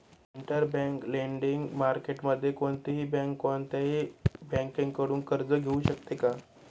Interbank lending मार्केटमध्ये कोणतीही bank कोणत्याही बँकेकडून कर्ज घेऊ शकते का?